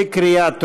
בקריאה טרומית.